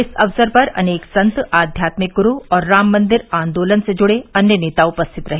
इस अवसर पर अनेक संत आध्यात्मिक ग्रू और राम मन्दिर आन्दोलन से जुड़े अन्य नेता उपस्थित रहे